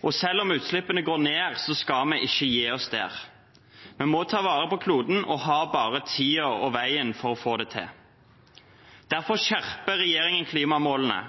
klimaet. Selv om utslippene går ned, skal vi ikke gi oss der. Vi må ta vare på kloden og har bare tiden og veien for å få det til. Derfor skjerper regjeringen klimamålene,